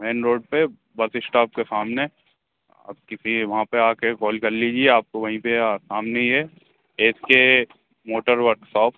man road पर bus stop के सामने आप किसी भी वहाँ पर आकर कॉल कर लीजिए आपको वहीं पर सामने ही है एसके मोटर वर्कशॉप